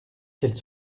qu’elle